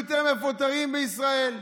יהיו יותר מפוטרים בישראל.